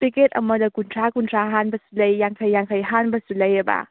packet ꯑꯃꯗ ꯀꯨꯟꯊ꯭ꯔꯥ ꯀꯨꯟꯊ꯭ꯔꯥ ꯍꯥꯟꯕꯁꯨ ꯂꯩ ꯌꯥꯡꯈꯩ ꯌꯥꯡꯈꯩ ꯍꯥꯟꯕꯁꯨ ꯂꯩꯌꯦꯕ